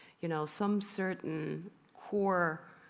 you know, some certain core